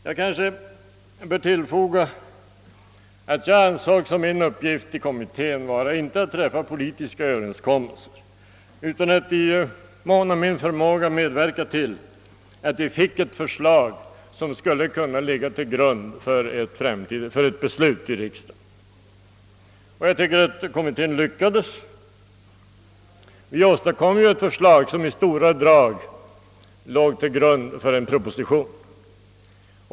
Jag kanske bör tillfoga att jag ansåg att min uppgift i kommittén inte var att träffa politiska överenskommelser utan att i mån av förmåga medverka till att vi fick ett förslag som skulle kunna ligga till grund för ett beslut i riksdagen. Jag tycker att kommittén lyckades. Vi åstadkom ett förslag som i stora drag låg till grund för en proposition.